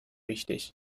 wichtig